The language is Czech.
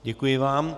Děkuji vám.